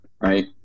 right